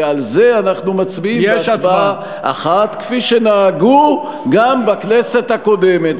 ועל זה אנחנו מצביעים בהצבעה אחת כפי שנהגו גם בכנסת הקודמת.